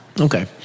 Okay